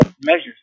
measures